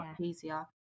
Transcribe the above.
easier